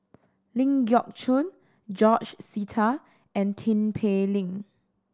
Ling Geok Choon George Sita and Tin Pei Ling